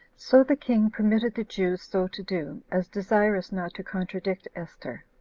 so the king permitted the jews so to do, as desirous not to contradict esther.